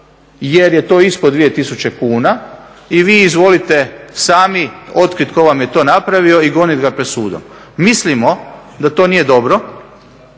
jer je to ispod 2000 kuna i vi izvolite sami otkrit tko vam je to napravio i gonit ga pred sudom. Mislimo da to nije dobro